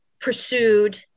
pursued